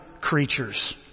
creatures